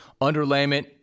underlayment